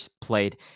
played